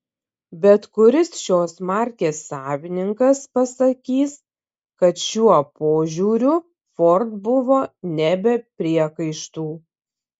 bet kuris šios markės savininkas pasakys kad šiuo požiūriu ford buvo ne be priekaištų